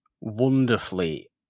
wonderfully